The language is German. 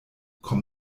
komm